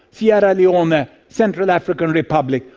sierra leone, and central african republic,